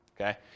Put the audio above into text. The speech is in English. Okay